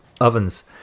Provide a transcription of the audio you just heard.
ovens